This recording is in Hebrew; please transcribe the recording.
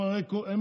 או בכל יום, אפילו.